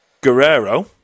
Guerrero